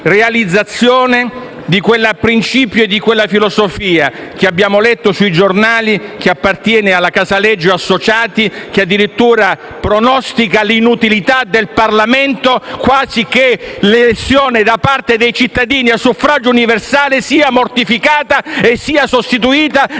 realizzazione di quel principio e di quella filosofia - che abbiamo letto sui giornali - che appartiene alla Casaleggio associati, che addirittura pronostica l'inutilità del Parlamento, quasi che l'elezione da parte dei cittadini a suffragio universale sia mortificata e sostituita